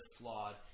flawed